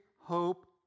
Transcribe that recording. hope